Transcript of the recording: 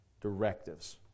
directives